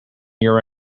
your